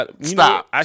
stop